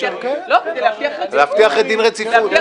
כדי להבטיח רציפות.